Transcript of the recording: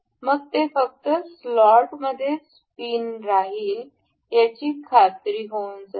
मग ते फक्त स्लॉटमध्येच पिन राहील याची खात्री होऊन जाईल